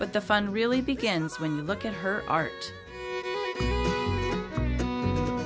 but the fun really begins when you look at her art